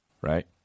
Right